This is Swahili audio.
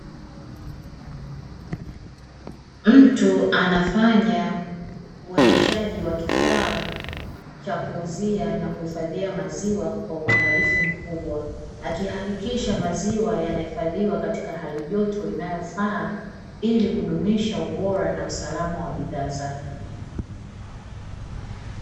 Mtu anafanya uendeshaji wa kifaa cha kuuzia na kuhifadhia maziwa kwa uangalifu mkubwa, akihakikisha maziwa yanahifadhiwa katika hali joto inayofaa, ili kudumisha ubora na usalama wa bidhaa zake.